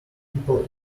people